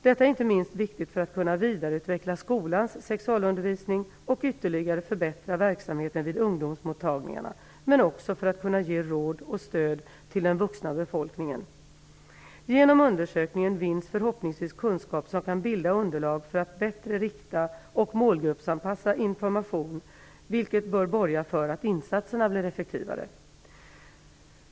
Detta är inte minst viktigt för att kunna vidareutveckla skolans sexualundervisning och ytterligare förbättra verksamheten vid ungdomsmottagningarna men också för att kunna ge råd och stöd till den vuxna befolkningen. Genom undersökningen vinns förhoppningsvis kunskap som kan bilda underlag för att bättre rikta och målgruppsanpassa informationen, vilket bör borga för att insatserna blir effektivare.